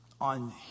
on